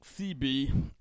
CB